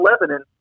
Lebanon